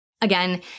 Again